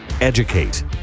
educate